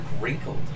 wrinkled